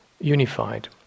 unified